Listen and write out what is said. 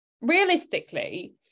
Realistically